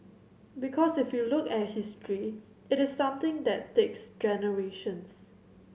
because if you look at history it is something that takes generations